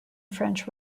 french